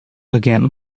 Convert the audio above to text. again